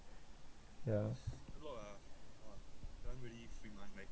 yeah